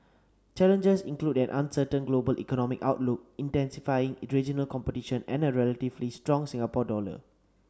challenges include an uncertain global economic outlook intensifying regional competition and a relatively strong Singapore dollar